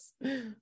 Yes